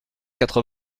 quatre